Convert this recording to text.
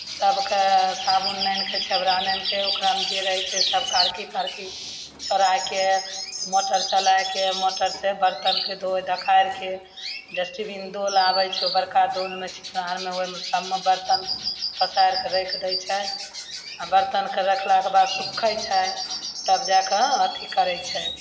सबके साबुन आनिके छेबरा आनिके ओकरामे जे रहय छै सब कारखी तारखी छोड़ायके मोटर चलायके मोटरसँ बर्तनके धोय धकारिके डस्टबीन डोल आबय छै ओ बड़का डोलमे ओइ सबमे बर्तन पसारिके राखि दै छै आओर बर्तनके रखलाक बाद सुखय छै तब जाकऽ अथी करय छै